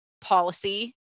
policy